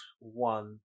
One